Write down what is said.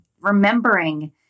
remembering